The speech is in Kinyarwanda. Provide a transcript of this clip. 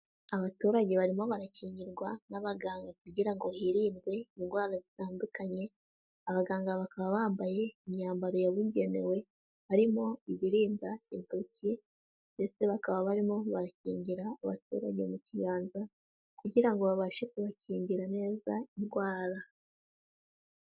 Abaturage barimo barakinrwa n'abaganga kugira ngo hirindwe indwara zitandukanye, abaganga bakaba bambaye imyambaro yabugenewe, harimo ibirimba intoki, ndetse bakaba barimo bakingira abaturage mu kiganza kugira ngo babashe kubakingira neza indwara.